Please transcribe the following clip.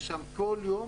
יש שם כל יום,